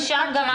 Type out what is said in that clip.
ושם גם,